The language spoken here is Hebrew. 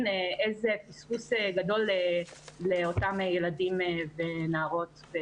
איזה פספוס גדול זה לאותם ילדים ונערות.